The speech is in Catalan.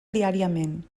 diàriament